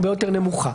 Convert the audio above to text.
היא הרבה יותר נמוכה.